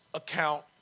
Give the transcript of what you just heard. account